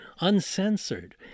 uncensored